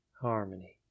harmony